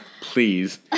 please